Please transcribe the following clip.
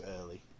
early